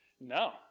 No